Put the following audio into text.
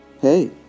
hey